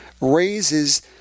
raises